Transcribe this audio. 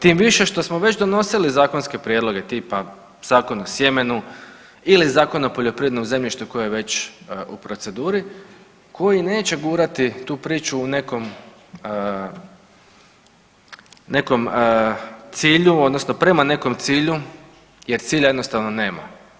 Tim više što smo već donosili zakonske prijedloge tipa Zakon o sjemenu ili Zakon o poljoprivrednom zemljištu koje je već u proceduri koji neće gurati tu priču u nekom, nekom cilju odnosno prema nekom cilju jer cilja jednostavno nema.